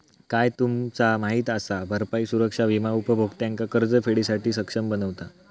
काय तुमचा माहित असा? भरपाई सुरक्षा विमा उपभोक्त्यांका कर्जफेडीसाठी सक्षम बनवता